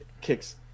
Kicks